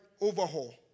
overhaul